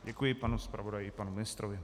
Děkuji panu zpravodaji i panu ministrovi.